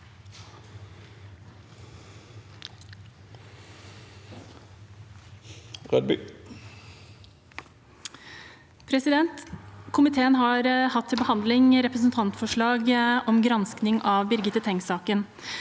ken): Komiteen har hatt til behandling representantforslag om gransking av Birgitte Tengs-saken.